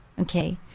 Okay